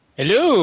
Hello